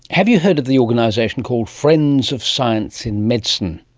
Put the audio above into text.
have you heard of the organisation called friends of science in medicine?